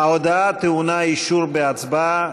ההודעה טעונה אישור בהצבעה,